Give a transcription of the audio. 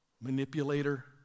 manipulator